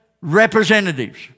representatives